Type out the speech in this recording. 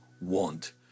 want